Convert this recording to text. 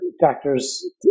factors